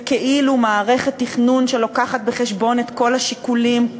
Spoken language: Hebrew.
וכאילו מערכת תכנון שמביאה בחשבון את כל השיקולים,